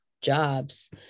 jobs